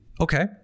okay